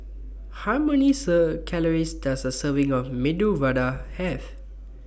How Many serve Calories Does A Serving of Medu Vada Have